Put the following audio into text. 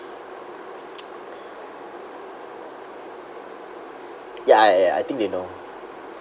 ya ya ya I think you know